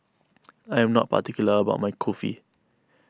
I am not particular about my Kulfi